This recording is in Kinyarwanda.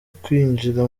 kwinjira